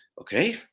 Okay